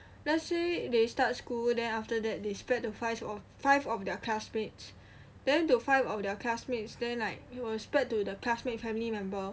let's say they start school then after that they spread to five of five of their classmates then to five of the classmates then like it will spread to the classmate family member